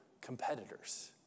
competitors